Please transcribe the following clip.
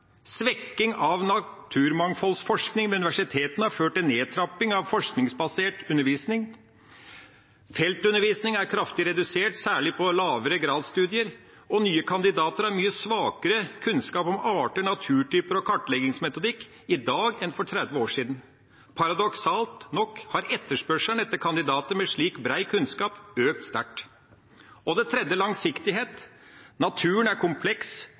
Svekking av naturmangfoldforskning ved universitetene har ført til nedtrapping av forskningsbasert undervisning. Feltundervisning er kraftig redusert, særlig på lavere grads studier. Og nye kandidater har mye svakere kunnskap om arter, naturtyper og kartleggingsmetodikk i dag enn for 30 år siden. Paradoksalt nok har etterspørselen etter kandidater med slik bred kunnskap økt sterkt. Og det tredje: langsiktighet. Naturen er kompleks,